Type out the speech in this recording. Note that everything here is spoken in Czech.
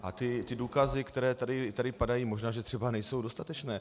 A ty důkazy, které tady padají, možná že třeba nejsou dostatečné.